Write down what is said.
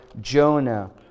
Jonah